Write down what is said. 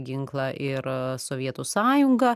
ginklą ir sovietų sąjunga